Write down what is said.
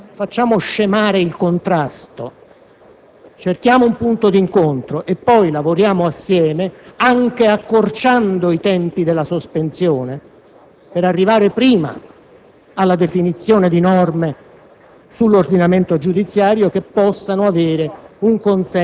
L'intendimento politico era quello di dare un segnale all'opposizione: facciamo scemare il contrasto, cerchiamo un punto di incontro e poi lavoriamo assieme, anche abbreviando i tempi della sospensione, per arrivare prima